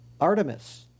Artemis